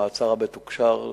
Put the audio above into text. המעצר המתוקשר,